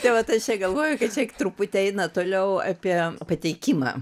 tai vat aš čia galvoju kad čia truputį eina toliau apie pateikimą